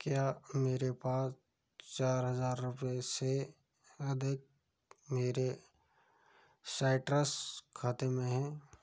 क्या मेरे पास चार हज़ार रुपये से अधिक मेरे साइट्रस खाते में हैं